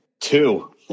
Two